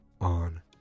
on